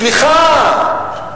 סליחה.